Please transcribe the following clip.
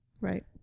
Right